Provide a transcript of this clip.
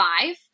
five